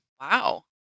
wow